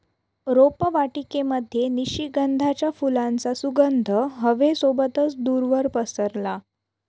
रोपवाटिकेमध्ये निशिगंधाच्या फुलांचा सुगंध हवे सोबतच दूरवर पसरला